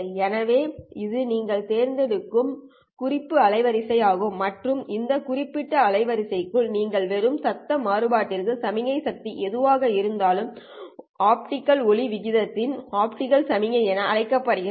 எனவே இது நீங்கள் தேர்ந்தெடுக்கும் குறிப்பு அலைவரிசை ஆகும் மற்றும் இந்த குறிப்பு அலைவரிசைக்குள் நீங்கள் பெறும் சத்தம் மாறுபாட்டிற்கு சமிக்ஞை சக்தி எதுவாக இருந்தாலும் ஆப்டிகல் ஒலி விகிதத்திற்கு ஆப்டிகல் சமிக்ஞை என அழைக்கப்படுகிறது